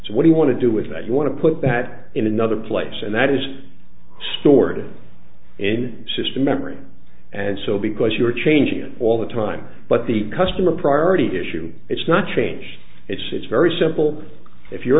so what you want to do with that you want to put that in another place and that is stored in system memory and so because you're changing it all the time but the customer priority issue it's not change it's it's very simple if you're